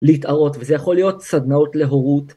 להתערות, וזה יכול להיות סדנאות להורות.